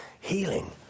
healing